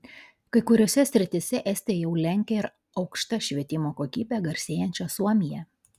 kai kuriose srityse estija jau lenkia ir aukšta švietimo kokybe garsėjančią suomiją